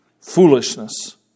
Foolishness